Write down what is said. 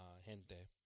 Gente